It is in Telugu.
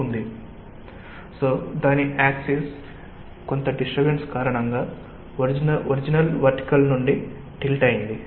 కాబట్టి దాని యాక్సిస్ కొంత డిస్టర్బెన్స్ కారణంగా ఒరిజినల్ వర్టికల్ నుండి టిల్ట్ అయింది